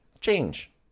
Change